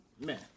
man